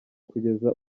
kugeza